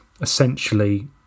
essentially